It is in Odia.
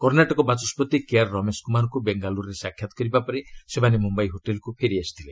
କର୍ଷାଟକ ବାଚସ୍କତି କେଆର୍ ରମେଶ କୁମାରଙ୍କୁ ବେଙ୍ଗାଲ୍ରରେ ସାକ୍ଷାତ୍ କରିବା ପରେ ସେମାନେ ମୁମ୍ୟାଇ ହୋଟେଲ୍କୁ ଫେରିଆସିଥିଲେ